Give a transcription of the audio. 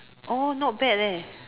oh not bad leh